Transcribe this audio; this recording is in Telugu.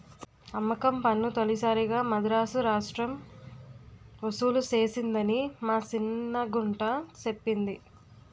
అమ్మకం పన్ను తొలిసారిగా మదరాసు రాష్ట్రం ఒసూలు సేసిందని మా సిన్న గుంట సెప్పింది